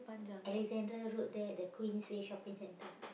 Alexandra-Road there the Queensway-Shopping-Center